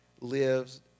lives